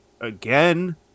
again